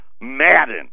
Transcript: Madden